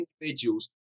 individuals